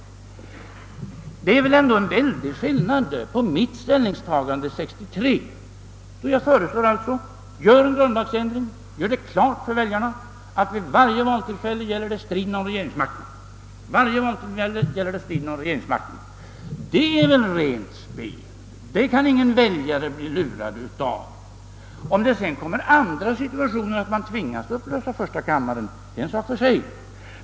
Det är en väldig skillnad mellan detta herr Ohlins förslag och mitt förslag 1963, då jag föreslog att man skulle göra en grundlagsändring och därmed göra klart för väljarna att det vid varje valtillfälle gällde regeringsmakten. Det är rent spel, och det kan ingen väljare bli lurad av. Att det sedan kan uppstå sådana situationer att man tvingas upplösa första kammaren är en sak för sig.